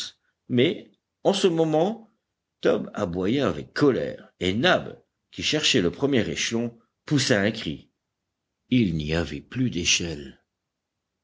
mais en ce moment top aboya avec colère et nab qui cherchait le premier échelon poussa un cri il n'y avait plus d'échelle